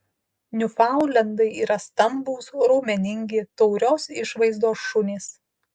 niufaundlendai yra stambūs raumeningi taurios išvaizdos šunys